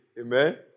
Amen